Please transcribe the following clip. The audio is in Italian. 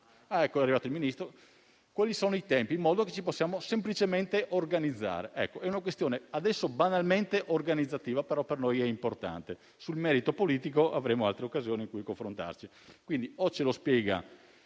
anzi, è arrivato il Ministro - quali sono i tempi, in modo che ci possiamo semplicemente organizzare. È una questione banalmente organizzativa, ma per noi è importante. Sul merito politico avremo altre occasioni in cui confrontarci. Quindi, o ce lo spiega